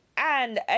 And